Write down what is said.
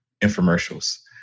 infomercials